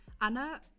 anna